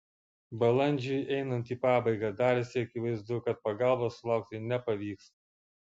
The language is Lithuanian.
balandžiui einant į pabaigą darėsi akivaizdu kad pagalbos sulaukti nepavyks